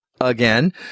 again